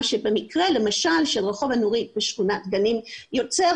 מה שבמקרה של רחוב הנורית למשל בשכונת גנים יוצר